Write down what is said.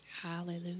Hallelujah